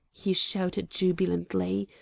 he shouted jubilantly.